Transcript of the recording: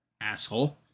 Asshole